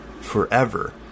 forever